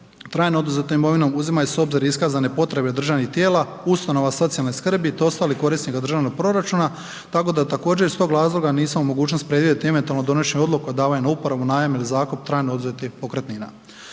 trajno oduzetom imovinom uzimaju se u obzir iskazane potrebe državnih tijela, ustanova socijalne skrbi te ostalih korisnika državnog proračuna, tako da također iz tog razloga nisam u mogućnosti predvidjeti eventualno donošenje odluka o davanju na uporabu, najam ili zakup trajno oduzetih pokretnina.